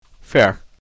Fair